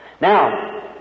Now